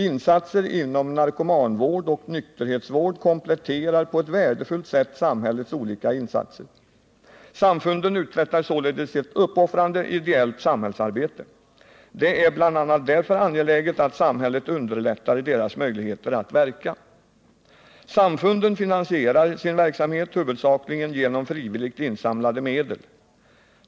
Insatser inom narkomanvård och nykterhetsvård kompletterar på ett värdefullt sätt samhällets olika insatser. Samfunden uträttar således ett uppoffrande ideellt samhällsarbete. Det är bl.a. därför angeläget att samhället underlättar deras möjligheter att verka. Samfunden finansierar sin verksamhet huvudsakligen genom frivilligt insamlade medel.